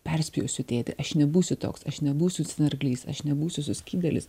perspjausiu tėtį aš nebūsiu toks aš nebūsiu snarglys aš nebūsiu suskydėlis